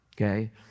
okay